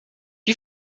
you